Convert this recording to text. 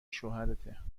شوهرته